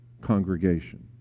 congregation